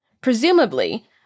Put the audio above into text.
Presumably